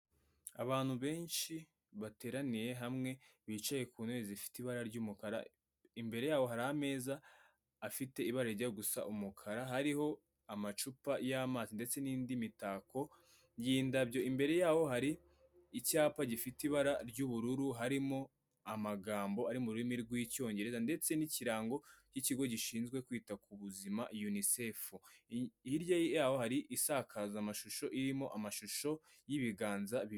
Abantu benshi bateraniye hamwe bicaye ku ntebe zifite ibara ry'umukara imbere yaho hari ameza afite ibara rijya gusa umukara hariho amacupa y'amazi ndetse n'indi mitako y’ indabyo imbere yaho hari icyapa gifite ibara ry'ubururu harimo amagambo ari mu rurimi rw'icyongereza ndetse n'ikirango cy'ikigo gishinzwe kwita ku buzima unicefu hirya yaho hari isakaza amashusho irimo amashusho y'ibiganza bibiri.